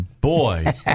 boy